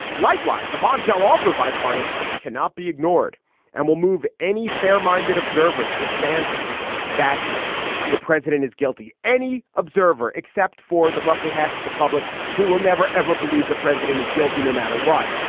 likewise, the bombshell offered by parnas cannot be ignored and will move any fair minded observer to the stance that the president is guilty. any observer, except for the roughly half of the public who will never, ever believe the president is guilty no matter what.